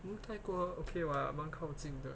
hmm 泰国 okay [what] 蛮靠近的